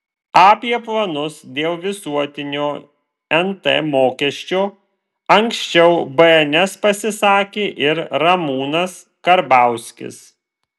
apie planus dėl visuotinio nt mokesčio anksčiau bns pasisakė ir ramūnas karbauskis